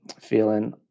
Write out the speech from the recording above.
feeling